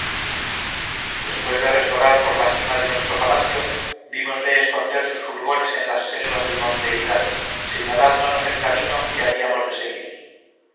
después de resbalar por la cima de nuestro palacio vímosle esconder sus fulgores en las selvas del monte ida señalándonos el camino que habíamos de seguir